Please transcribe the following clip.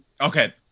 Okay